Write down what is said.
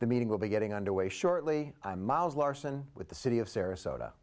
meeting will be getting underway shortly i'm miles larson with the city of sarasota